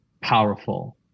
powerful